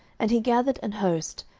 and he gathered an host,